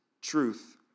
Truth